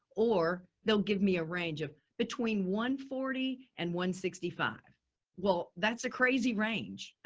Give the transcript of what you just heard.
or they'll give me a range of between one forty and one sixty five well that's a crazy range. and